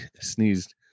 sneezed